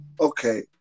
Okay